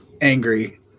angry